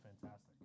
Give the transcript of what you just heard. fantastic